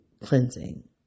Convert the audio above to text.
cleansing